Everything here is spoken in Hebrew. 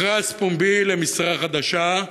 מכרז פומבי למשרה חדשה: